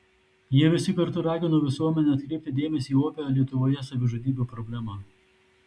jie visi kartu ragino visuomenę atkreipti dėmesį į opią lietuvoje savižudybių problemą